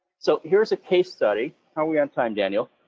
so here's a case study, how are we on time, daniel?